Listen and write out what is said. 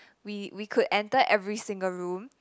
we we could enter every single room